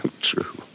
true